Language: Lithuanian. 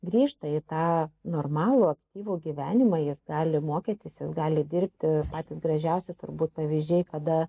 grįžta į tą normalų aktyvų gyvenimą jis gali mokytis jis gali dirbti patys gražiausi turbūt pavyzdžiai kada